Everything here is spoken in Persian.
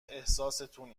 احساستون